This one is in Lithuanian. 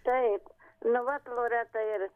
taip nu vat loreta ir